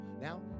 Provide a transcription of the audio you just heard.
Now